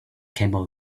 camel